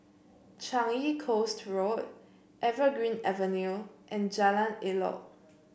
Changi Coast Road Evergreen Avenue and Jalan Elok